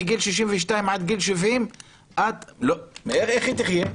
מגיל 62 עד גיל 70 את לא - איך היא תחיה?